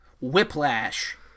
Whiplash